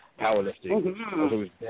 powerlifting